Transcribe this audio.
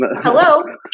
Hello